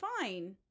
fine